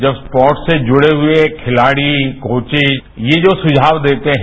जब स्पोर्ट्स से जुड़े हुए खिलाड़ी कोचेज ये जो सुझाव देते हैं